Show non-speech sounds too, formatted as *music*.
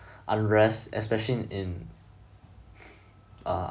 unrest especially in *breath* uh